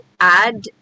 add